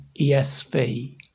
ESV